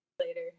Later